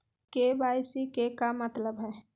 KYC के का मतलब हई?